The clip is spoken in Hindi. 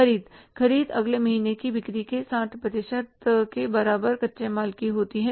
ख़रीद ख़रीद अगले महीने की बिक्री के 60 प्रतिशत के बराबर कच्चे माल की होती है